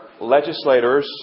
legislators